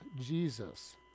Jesus